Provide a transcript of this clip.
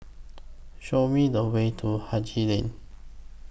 Show Me The Way to Haji Lane